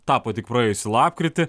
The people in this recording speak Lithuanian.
tapo tik praėjusį lapkritį